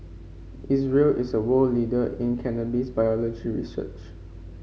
Israel is a world leader in cannabis biology research